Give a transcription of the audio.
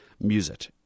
music